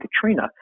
Katrina